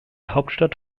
hauptstadt